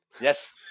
Yes